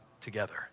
together